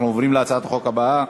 אנחנו עוברים להצעת החוק הבאה: